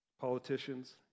Politicians